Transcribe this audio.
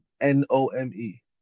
N-O-M-E